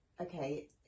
okay